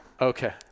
Okay